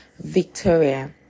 Victoria